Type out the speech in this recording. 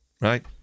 right